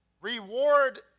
Reward